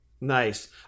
Nice